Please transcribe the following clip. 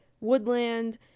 woodland